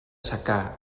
secà